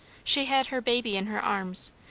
she had her baby in her arms,